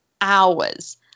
hours